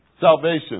Salvation